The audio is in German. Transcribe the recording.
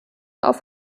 auf